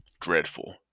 dreadful